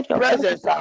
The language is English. presence